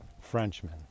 Frenchmen